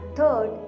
third